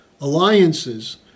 alliances